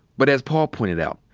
but as paul pointed out,